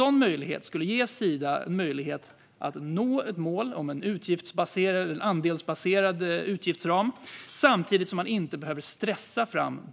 Detta skulle ge Sida möjlighet att nå ett mål om en andelsbaserad utgiftsram samtidigt som dåliga beslut inte behöver stressas fram.